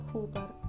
Hooper